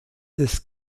des